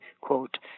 quote